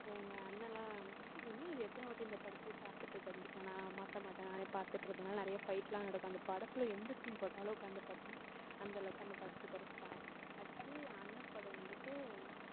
எங்கள் அண்ணன்லாம் என்ன இது எத்தனை வாட்டி இந்த படத்தையே பார்த்துட்ருக்குறது நான் மாற்ற மாட்டேன் நானே பார்த்துட்ருக்கதுனால நிறையா ஃபைட்லாம் நடக்கும் அந்த படத்தில் எந்த சீன் போட்டாலும் உட்காந்து பார்ப்பேன் அந்தளவுக்கு அந்த படத்துக்கு ஒரு ஃபேன் அடுத்து என் அண்ணன் படம் வந்துட்டு